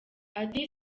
ati